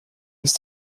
ist